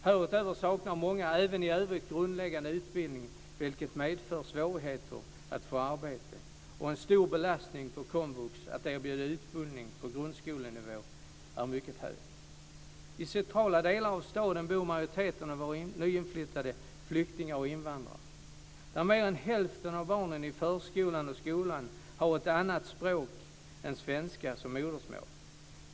Härutöver saknar många även i övrigt grundläggande utbildning, vilket medför svårigheter att få arbete, och belastningen på komvux att erbjuda utbildning på grundskolenivå är mycket hög. Majoriteten av våra nyinflyttade flyktingar och invandrare bor i centrala delar av staden, där mer hälften av barnen i skolan och förskolan har ett annat språk än svenska som modersmål.